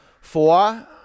Four